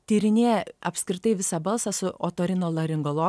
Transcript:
tyrinėja apskritai visą balsą su otorinolaringologais